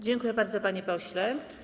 Dziękuję bardzo, panie pośle.